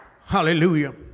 Hallelujah